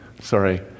Sorry